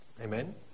Amen